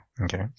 Okay